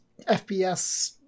fps